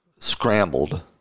scrambled